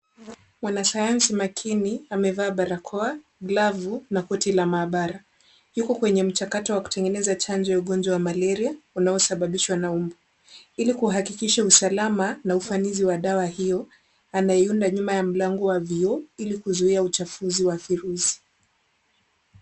Mwanasayansi makini, amevaa barakoa, glavu na koti la maabara. Yuko kwenye mchakato wa kutengeneza chanjo ya ugonjwa wa malaria unaosababishwa na mbu. Ili kuhakikisha usalama na ufanisi wa dawa hiyo, anaiunda nyuma ya mlango wa vioo ili kuzuia uchafuzi wa virusi.